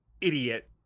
idiot